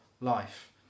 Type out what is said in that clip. life